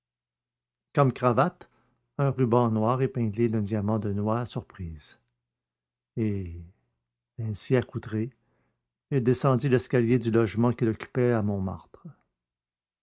comme cravate un ruban noir épinglé d'un diamant de noix à surprise et ainsi accoutré il descendit l'escalier du logement qu'il occupait à montmartre